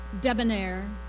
debonair